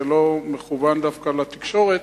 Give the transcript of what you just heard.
זה לא מכוון דווקא לתקשורת,